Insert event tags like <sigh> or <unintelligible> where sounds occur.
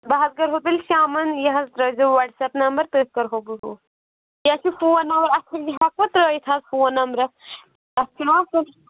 بہٕ حظ کرہو تیٚلہِ شامَن یہِ حظ ترٛأیزیو وَٹٕسیپ نمبر تٔتھۍ کَرٕہو بہٕ <unintelligible> یہِ حظ چھُ فون نمبر <unintelligible> یہِ ہٮ۪کوٕ ترٛأوِتھ حظ فون نمبرس اَتھ <unintelligible>